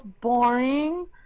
boring